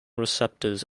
receptors